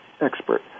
expert